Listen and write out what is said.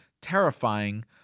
terrifying